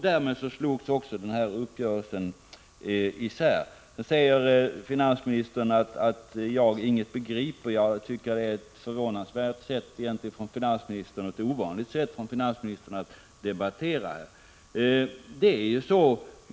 Därmed slogs denna uppgörelse sönder. Finansministern säger att jag ingenting begriper. Jag tycker det är ett egentligen förvånansvärt och ovanligt sätt för finansministern att debattera.